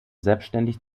selbstständig